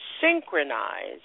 synchronize